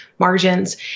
Margins